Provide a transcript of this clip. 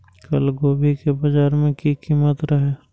कल गोभी के बाजार में की कीमत रहे?